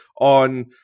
on